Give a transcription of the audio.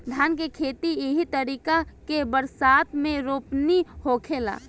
धान के खेती एही तरीका के बरसात मे रोपनी होखेला